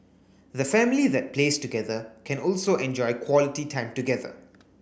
the family that plays together can also enjoy quality time together